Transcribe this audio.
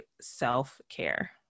self-care